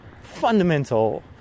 fundamental